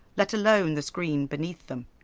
let alone the screen beneath them.